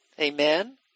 Amen